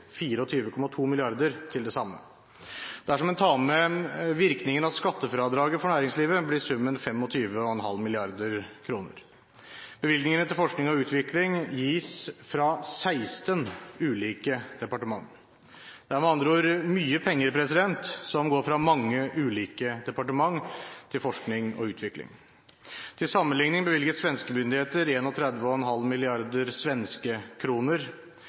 til det samme formålet. Dersom man tar med virkningen av skattefradraget for næringslivet, blir summen 25,5 mrd. kr. Bevilgningene til forskning og utvikling gis fra 16 ulike departementer. Det er med andre ord mye penger som går fra mange ulike departementer til forskning og utvikling. Til sammenlikning bevilget svenske myndigheter 31,5 mrd. svenske kroner – noe som tilsvarer 28,8 mrd. norske kroner